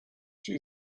she